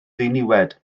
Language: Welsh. ddiniwed